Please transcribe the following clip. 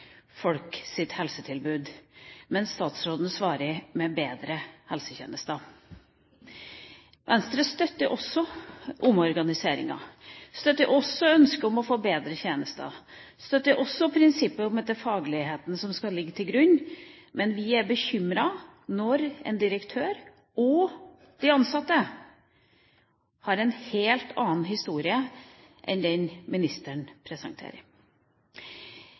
helsetilbud. Men statsråden svarer med «bedre» helsetjenester. Venstre støtter også omorganiseringa, støtter også ønsket om å få bedre tjenester, støtter også prinsippet om at det er fagligheten som skal ligge til grunn. Men vi er bekymret når en direktør og de ansatte har en helt annen historie enn den ministeren presenterer.